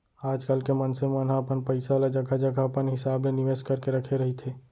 आजकल के मनसे मन ह अपन पइसा ल जघा जघा अपन हिसाब ले निवेस करके रखे रहिथे